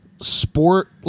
Sport